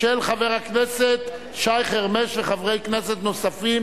של חבר הכנסת שי חרמש וחברי כנסת נוספים